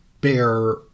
bear